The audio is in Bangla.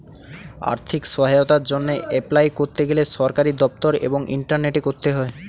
আর্থিক সহায়তার জন্যে এপলাই করতে গেলে সরকারি দপ্তর এবং ইন্টারনেটে করতে হয়